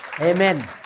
Amen